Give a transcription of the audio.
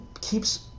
keeps